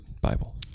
Bible